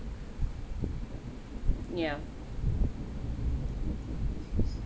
yeah